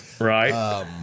Right